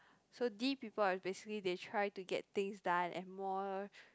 so D people are basically they try to get things done and more